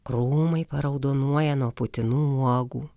krūmai paraudonuoja nuo putinų uogų